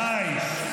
די.